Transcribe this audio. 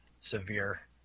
severe